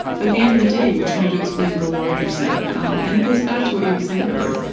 but at the end of the day, you're trying to explain the larger set of phenomena. and it goes back to what you were saying earlier,